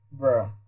Bro